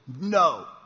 no